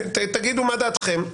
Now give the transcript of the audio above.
תגידו מה דעתכם,